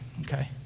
okay